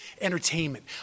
entertainment